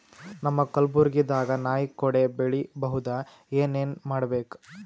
ನಮ್ಮ ಕಲಬುರ್ಗಿ ದಾಗ ನಾಯಿ ಕೊಡೆ ಬೆಳಿ ಬಹುದಾ, ಏನ ಏನ್ ಮಾಡಬೇಕು?